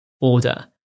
order